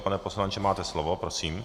Pane poslanče, máte slovo prosím.